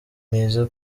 mwiza